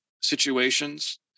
situations